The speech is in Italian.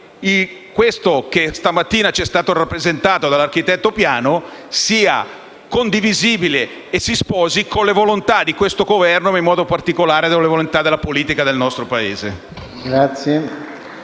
che ciò che stamattina ci è stato rappresentato dall'architetto Piano si sposi con le volontà di questo Governo e in modo particolare con la volontà della politica nel nostro Paese.